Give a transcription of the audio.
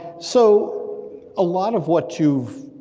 so a lot of what you've